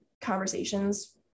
conversations